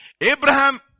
Abraham